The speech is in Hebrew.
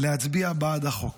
להצביע בעד החוק.